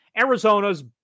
Arizona's